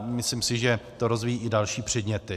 Myslím si, že to rozvíjejí i další předměty.